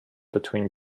between